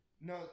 no